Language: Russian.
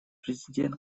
президент